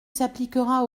s’appliquera